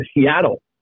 Seattle